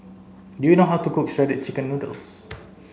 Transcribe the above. do you know how to cook shredded chicken noodles